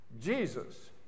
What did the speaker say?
Jesus